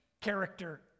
character